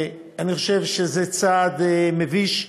אני חושב שזה צעד מביש,